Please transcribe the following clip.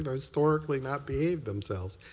but historically not behaved themselves.